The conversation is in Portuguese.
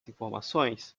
informações